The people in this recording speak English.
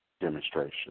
demonstration